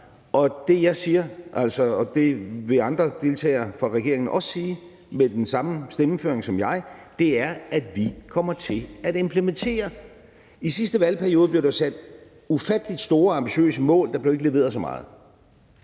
det vil andre deltagere fra regeringen også sige med den samme stemmeføring som jeg – er, at vi kommer til at implementere. I sidste valgperiode blev der jo sat ufattelig store, ambitiøse mål; der blev ikke leveret så meget.